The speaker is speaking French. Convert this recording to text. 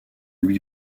lui